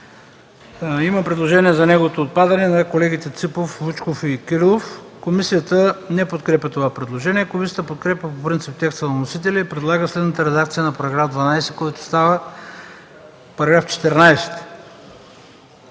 Има предложение за неговото отпадане на колегите Ципов, Вучков и Кирилов. Комисията не подкрепя това предложение. Комисията подкрепя по принцип текста на вносителя и предлага следната редакция на § 12, който става § 14: „§ 14.